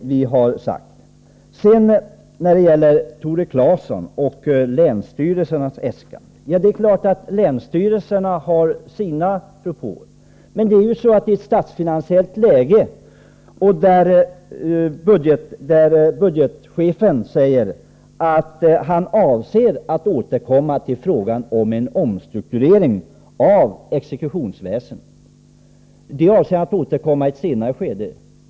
Vi har beaktat denna synpunkt. 91 Tore Claeson talade om länsstyrelsernas äskanden. Ja, det är klart att länsstyrelserna har sina propåer. Men det är i ett statsfinansiellt läge där budgetchefen säger att han avser att återkomma i ett senare skede till frågan om en omstrukturering av exekutionsväsendet.